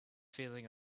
feeling